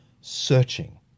searching